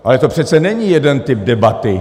Ale to přece není jeden typ debaty.